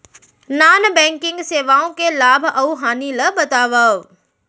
non banking सेवाओं के लाभ अऊ हानि ला बतावव